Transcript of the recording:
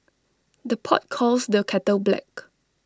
the pot calls the kettle black